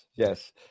Yes